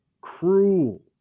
cruel